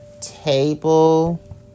table